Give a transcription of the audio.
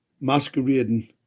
masquerading